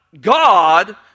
god